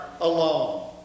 alone